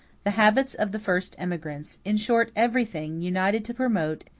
the habits of the first emigrants, in short everything, united to promote,